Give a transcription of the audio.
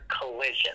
Collision